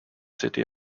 city